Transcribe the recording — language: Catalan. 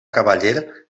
cavaller